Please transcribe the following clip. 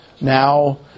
now